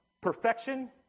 Perfection